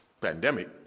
pandemic